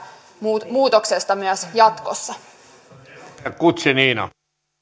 muutoksesta myös jatkossa